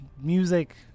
music